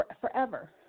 forever